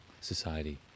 society